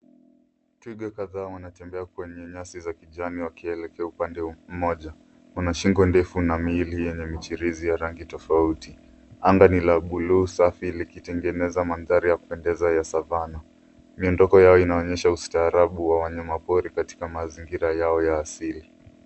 Twiga kadhaa wanatembea kwenye nyasi za kijani wakielekea upande mmoja. Wana shingo ndefu na miili yenye michirizi ya rangi tofauti. Anga ni la buluu safi likitengeneza mandhari ya kupendeza ya savanna. Miondoko yao inaonyesha ustaarabu wa wanyamapori katika mazingira yao ya asili.